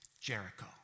Jericho